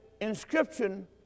inscription